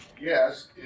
yes